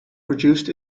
produced